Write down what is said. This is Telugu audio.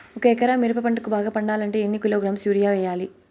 ఒక ఎకరా మిరప పంటకు బాగా పండాలంటే ఎన్ని కిలోగ్రామ్స్ యూరియ వెయ్యాలి?